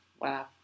Wow